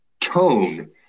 tone